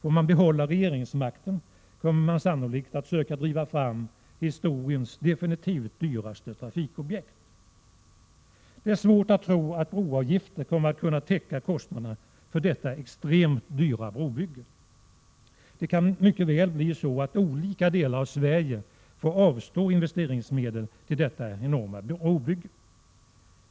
Får man behålla regeringsmakten kommer man sannolikt att försöka driva fram historiens definitivt dyraste trafikobjekt. Det är svårt att tro att broavgifter kommer att kunna täcka kostnaderna för detta extremt dyra brobygge. Det kan mycket väl bli så, att olika delar av Sverige får avstå investeringsmedel till detta enorma brobygge.